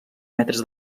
metres